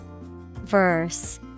Verse